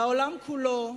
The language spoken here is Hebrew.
והעולם כולו,